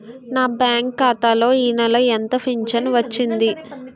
నా బ్యాంక్ ఖాతా లో ఈ నెల ఎంత ఫించను వచ్చింది?